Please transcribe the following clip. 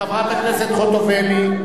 חברת הכנסת חוטובלי,